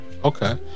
Okay